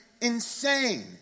insane